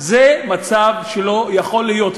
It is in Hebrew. זה מצב שלא יכול להיות.